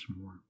more